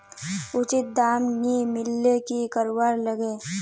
उचित दाम नि मिलले की करवार लगे?